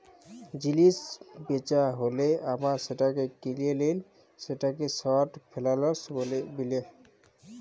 জিলিস বেচা হ্যালে আবার সেটাকে কিলে লিলে সেটাকে শর্ট ফেলালস বিলে